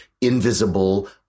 invisible